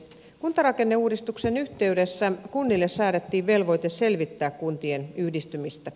kuntarakenneuudistuksen yhteydessä kunnille säädettiin velvoite selvittää kuntien yhdistymistä